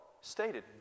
stated